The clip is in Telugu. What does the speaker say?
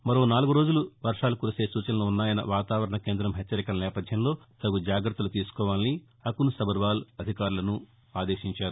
మరో నాలుగురోజులు వర్వాలు కురిసే సూచనలు ఉన్నాయన్న వాతావరణ కేందం హెచ్చరికల నేపథ్యంలో తగు జాగత్తలు తీసుకోవాలని అకున్సబర్వాల్ సూచించారు